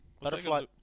Butterfly